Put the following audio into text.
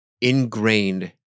ingrained